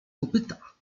kopyta